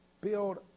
Build